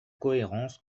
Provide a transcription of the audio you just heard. cohérence